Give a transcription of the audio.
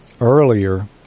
earlier